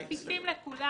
מפיצים לכולם.